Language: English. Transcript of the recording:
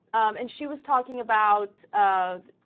and she was talking about um